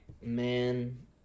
Man